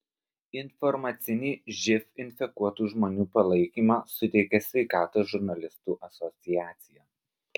informacinį živ infekuotų žmonių palaikymą suteikia sveikatos žurnalistų asociacija